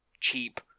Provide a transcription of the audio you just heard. cheap